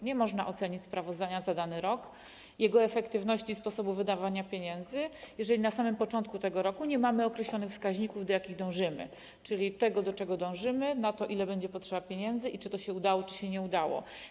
Nie można ocenić sprawozdania za dany rok, efektywności i sposobu wydawania pieniędzy, jeżeli na samym początku tego roku nie mamy określonych wskaźników, do jakich dążymy, czyli tego, do czego dążymy, ile na to będzie potrzeba pieniędzy i czy to się udało, czy się nie udało.